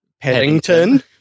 Paddington